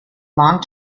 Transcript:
long